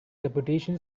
reputation